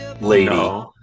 Lady